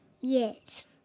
yes